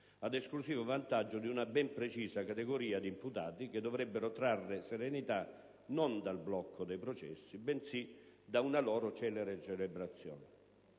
ad esclusivo vantaggio di una ben precisa categoria di imputati, che dovrebbero trarre serenità non dal blocco dei processi bensì da una loro celere celebrazione.